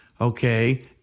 okay